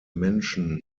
menschen